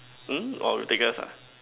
hmm !wah! with Douglas ah